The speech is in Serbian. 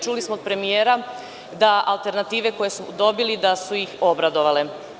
Čuli smo od premijera da alternative koje su dobili da su ih obradovale.